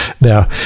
Now